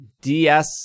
DS